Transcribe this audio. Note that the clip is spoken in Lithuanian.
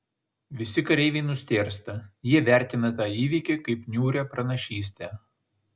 visi kareiviai nustėrsta jie vertina tą įvykį kaip niūrią pranašystę